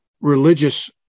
religious